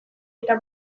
eta